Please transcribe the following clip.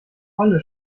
holle